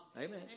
Amen